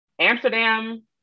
Amsterdam